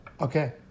Okay